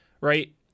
right